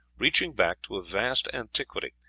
reaching back to a vast antiquity,